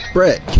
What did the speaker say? Brett